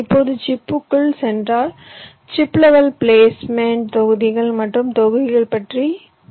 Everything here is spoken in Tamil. இப்போது சிப்க்குள் சென்றால் சிப் லெவல் பிளேஸ்மென்ட் தொகுதிகள் மற்றும் தொகுதிகள் பற்றி பேசினோம்